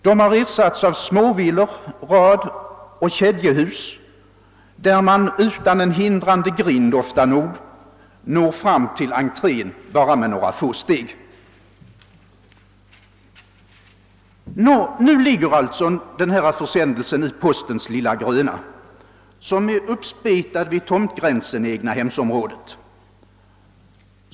De har ersatts av småvillor, radoch kedjehus, där man ofta nog utan ens en hindrande grind når fram till entrén bara med några få steg. Nå, nu ligger försändelserna alltså i postens lilla gröna låda, som är uppspetad vid tomtgränsen i egnahemsområdet.